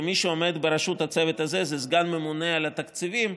מי שעומד בראשות הצוות הזה זה סגן הממונה על התקציבים,